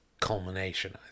culmination